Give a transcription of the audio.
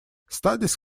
studies